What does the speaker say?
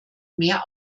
mehr